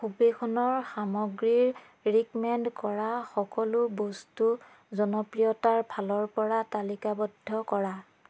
সুবেশনৰ সামগ্ৰীৰ ৰিকমেণ্ড কৰা সকলো বস্তু জনপ্ৰিয়তাৰ ফালৰ পৰা তালিকাৱদ্ধ কৰা